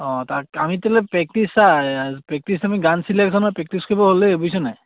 অঁ তাক আমি তেতিয়াহ'লে প্ৰেক্টিছ আমি গান কৰিব হ'লেই বুইছ নাই